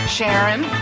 Sharon